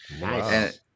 Nice